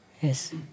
Yes